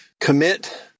commit